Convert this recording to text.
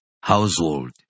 household